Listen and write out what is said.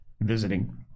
visiting